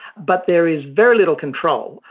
but there is very little control,